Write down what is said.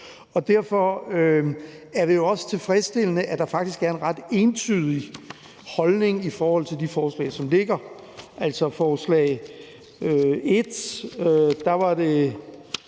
og derfor er det jo også tilfredsstillende, at der faktisk er en ret entydig holdning i forhold til de forslag, som ligger. I forhold til forslag nr. 1 var der